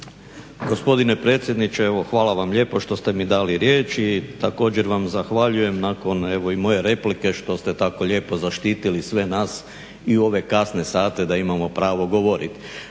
Gospodine predsjedniče evo hvala vam lijepo što ste mi dali riječ i također vam zahvaljujem nakon i evo moje replike što ste tako lijepo zaštitili sve nas i u ove kasne sate, da imamo pravo govoriti.